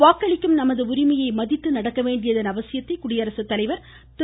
வாக்களிக்கும் நமது உரிமையை மதித்து நடக்க வேண்டியதன் அவசியத்தை குடியரசுத்தலைவர் திரு